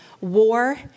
War